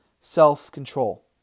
self-control